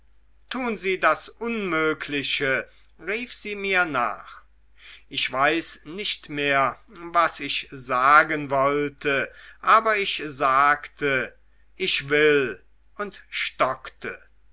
tun sie das unmögliche rief sie mir nach ich weiß nicht mehr was ich sagen wollte aber ich sagte ich will und stockte